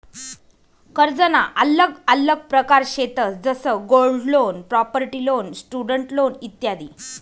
कर्जना आल्लग आल्लग प्रकार शेतंस जसं gold loan, property loan, student loan इत्यादी